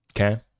Okay